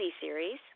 series